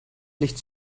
licht